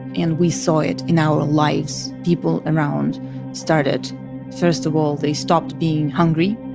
and we saw it in our lives. people around started first of all, they stopped being hungry.